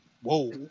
Whoa